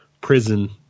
prison